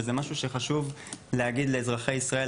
וזה משהו שחשוב להגיד לאזרחי ישראל.